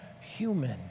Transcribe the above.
human